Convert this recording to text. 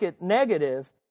negative